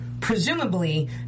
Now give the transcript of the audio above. Presumably